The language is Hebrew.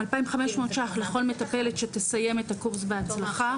2,500 ₪ לכל מטפלת שתסיים את הקורס בהצלחה,